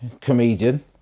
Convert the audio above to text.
comedian